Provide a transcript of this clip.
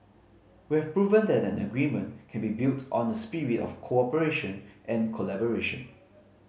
we have proven that an agreement can be built on a spirit of cooperation and collaboration